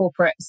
corporates